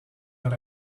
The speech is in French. dans